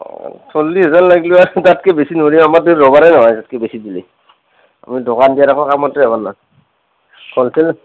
চল্লিছ হেজাৰ লাগ্লিও তাতকৈ বেছি নোৱাৰি আমাৰটো বেপাৰেই নহয় তাতকৈ বেছি দিলি আমি দোকান দিয়াৰ একো কামতে নাই হলচেল